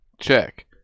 Check